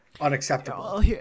Unacceptable